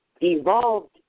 evolved